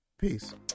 peace